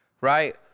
right